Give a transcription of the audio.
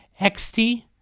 XT